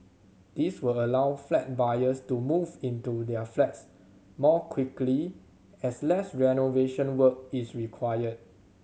this will allow flat buyers to move into their flats more quickly as less renovation work is required